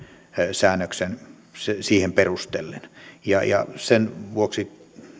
säännöksellä perustellen sen vuoksi